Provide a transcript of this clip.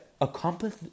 accomplish